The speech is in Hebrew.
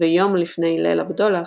ויום לפני ליל הבדולח,